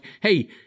hey